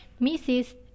Mrs